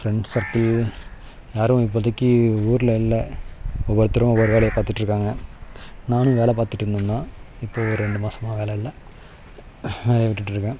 friends circle யாரும் இப்போதைக்கி ஊரில் இல்லை ஒவ்வொருத்தரும் ஒவ்வொரு வேலையை பார்த்துட்டு இருக்காங்க நானும் வேலை பார்த்துட்டு இருந்தேன் தான் இப்போ ஒரு ரெண்டு மாசமாக வேலை இல்லை வேலைய விட்டுட்டு இருக்கேன்